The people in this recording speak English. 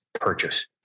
purchase